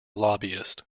lobbyist